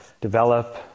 develop